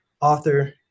author